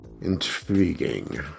intriguing